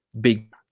big